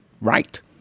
right